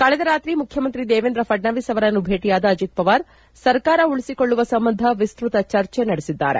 ಕಳೆದ ರಾತ್ರಿ ಮುಖ್ಯಮಂತ್ರಿ ದೇವೇಂದ್ರ ಫಡ್ನವೀಸ್ ಅವರನ್ನು ಭೇಟಿಯಾದ ಅಜಿತ್ ಪವಾರ್ ಸರ್ಕಾರ ಉಳಿಸಿಕೊಳ್ಳುವ ಸಂಬಂಧ ವಿಸ್ತ್ವತ ಚರ್ಚೆ ನಡೆಸಿದ್ದಾರೆ